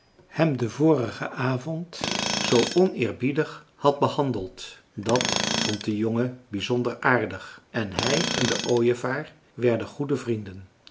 hem den vorigen avond zoo oneerbiedig had behandeld dat vond de jongen bizonder aardig en hij en de ooievaar werden goede vrienden